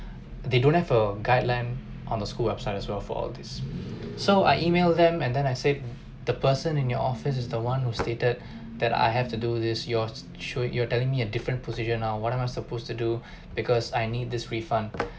they don't have a guideline on the school website as well for all this so I email them and then I said the person in your office is the one who stated that I have to do this yours sure you're telling me a different procedure now what am I supposed to do because I need this refund